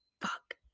fuck